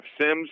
Sims